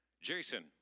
Jason